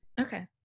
Okay